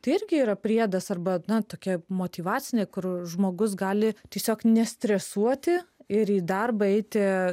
tai irgi yra priedas arba na tokia motyvacinė kur žmogus gali tiesiog nestresuoti ir į darbą eiti